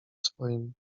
swoim